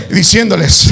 diciéndoles